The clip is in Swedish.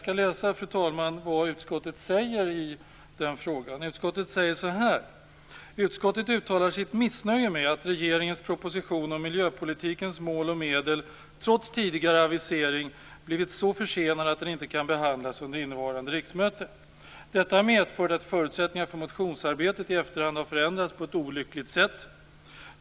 Av betänkandet framgår att utskottet uttalar sitt missnöje med att regeringens proposition om miljöpolitikens mål och medel trots tidigare avisering har blivit så försenad att den inte kan behandlas under innevarande riksmöte. Detta medför att förutsättningar för motionsarbetet i efterhand har förändrats på ett olyckligt sätt.